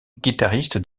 guitariste